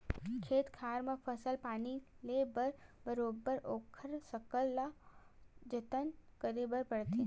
खेत खार म फसल पानी ले बर बरोबर ओखर सकला जतन करे बर परथे